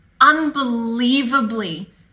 unbelievably